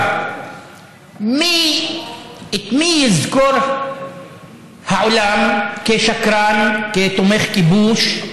את מי יזכור העולם כשקרן, כתומך כיבוש,